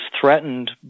threatened